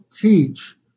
teach